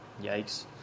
yikes